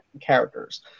characters